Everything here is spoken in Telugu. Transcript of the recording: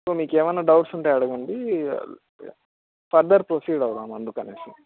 సో మీకేమైనా డౌట్స్ ఉంటే అడగండి ఫర్దర్ ప్రొసీడ్ అవుదాం అందుకనేసి